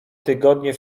tygodnie